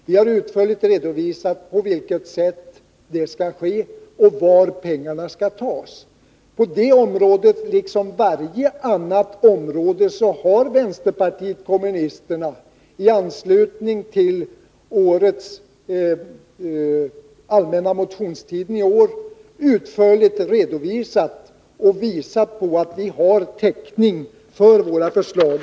Vi har utförligt redovisat på vilket sätt det här skall gå till, var pengarna skall tas. På det här området, liksom på varje annat område, har vänsterpartiet kommunisterna under den allmänna motionstiden i år utförligt visat att det finns täckning för förslagen.